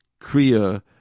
Kriya